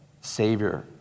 Savior